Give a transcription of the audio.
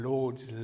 Lord's